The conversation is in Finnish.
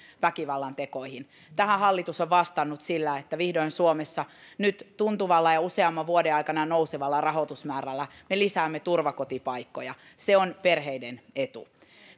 väkivallantekoihin näihin hallitus on vastannut sillä että vihdoin suomessa nyt tuntuvalla ja useamman vuoden aikana nousevalla rahoitusmäärällä me lisäämme turvakotipaikkoja se on perheiden etu